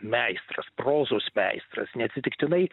meistras prozos meistras neatsitiktinai